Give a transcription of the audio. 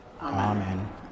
Amen